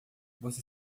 você